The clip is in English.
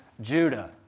Judah